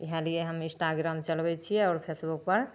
इएह लिए हम इन्स्टाग्राम चलबै छिए आओर फेसबुकपर